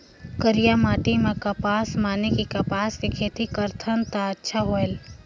करिया माटी म कपसा माने कि कपास के खेती करथन तो अच्छा होयल?